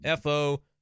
FO